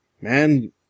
man